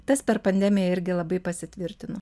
tas per pandemiją irgi labai pasitvirtino